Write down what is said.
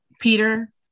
Peter